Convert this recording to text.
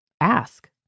ask